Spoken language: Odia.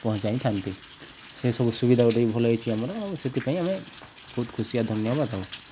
ପହଞ୍ଚାଇଥାନ୍ତି ସେସବୁ ସୁବିଧା ଗୋଟେ ବି ଭଲ ହେଇଛି ଆମର ଆଉ ସେଥିପାଇଁ ଆମେ ବହୁତ ଖୁସି ଆଉ ଧନ୍ୟବାଦ ହଉ